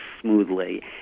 smoothly